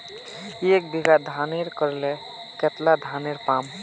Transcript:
एक बीघा धानेर करले कतला धानेर पाम?